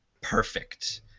perfect